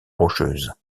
rocheuses